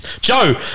Joe